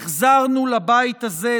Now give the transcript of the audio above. החזרנו לבית הזה,